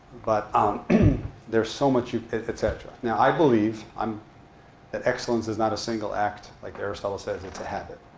but um there's so much you et cetera. now, i believe um that excellence is not a single act. like aristotle says, it's a habit.